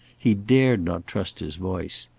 he dared not trust his voice.